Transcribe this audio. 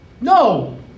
No